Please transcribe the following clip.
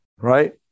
Right